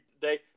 today